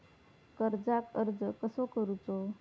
कर्जाक अर्ज कसो करूचो?